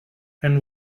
and